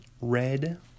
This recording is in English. red